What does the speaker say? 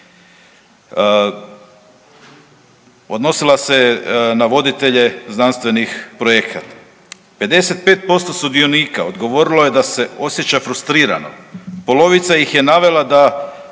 Odnosila se je na voditelje znanstvenih projekata, 55% sudionika odgovorilo je da se osjeća frustrirano, polovica ih je navela da